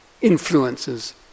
influences